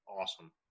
awesome